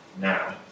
now